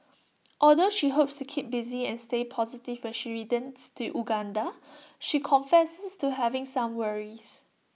although she hopes to keep busy and stay positive when she returns to Uganda she confesses to having some worries